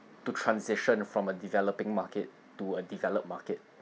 to transition from a developing market to a developed market